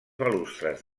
balustres